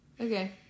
Okay